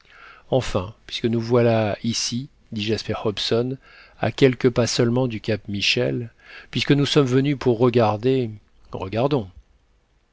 enfin puisque nous voilà ici dit jasper hobson à quelques pas seulement du cap michel puisque nous sommes venus pour regarder regardons